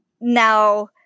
now